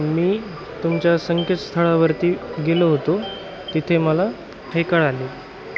मी तुमच्या संकेतस्थळावरती गेलो होतो तिथे मला हे कळाले